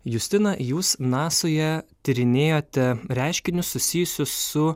justina jūs nasoje tyrinėjote reiškinius susijusius su